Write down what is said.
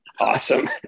awesome